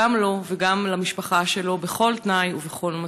גם לו וגם למשפחה שלו בכל תנאי ובכל מצב.